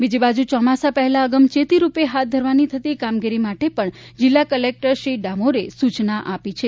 બીજી બાજુ ચોમાસા પહેલા અગમચેતીરૂપે હાથ ધરવાની થતી કામગીરી માટે પણ જિલ્લા કલેક્ટર શ્રી ડામોરે સૂચના આપી છે